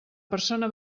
persona